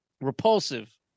Repulsive